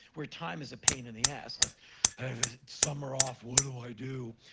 where time is a pain in the ass. like, i have a summer off. what do i do?